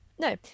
No